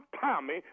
Tommy